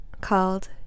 called